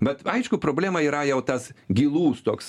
bet aišku problema yra jau tas gilus toks